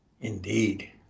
indeed